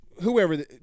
whoever